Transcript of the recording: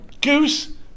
Goose